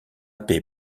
paix